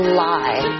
lie